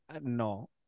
no